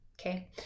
Okay